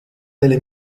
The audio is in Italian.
delle